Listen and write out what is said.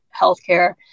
healthcare